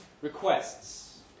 Requests